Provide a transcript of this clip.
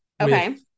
Okay